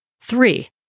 Three